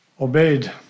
obeyed